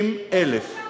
60,000,